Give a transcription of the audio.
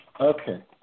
Okay